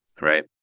right